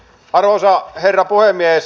arvoisa herra puhemies